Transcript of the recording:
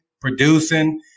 producing